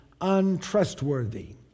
untrustworthy